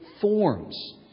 forms